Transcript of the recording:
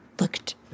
looked